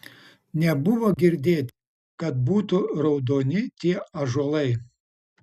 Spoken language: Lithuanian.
nebuvo girdėt kad būtų raudoni tie ąžuolai